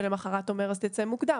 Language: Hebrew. ולמחרת אומר: אז תצא מוקדם.